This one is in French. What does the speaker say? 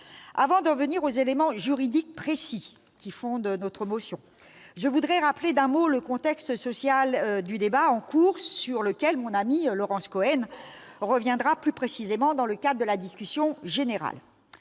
Avant d'en venir aux éléments juridiques précis qui fondent notre motion, je voudrais rappeler d'un mot le contexte social du débat en cours, sur lequel mon amie Laurence Cohen reviendra plus précisément dans le cadre de la discussion générale.